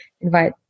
invite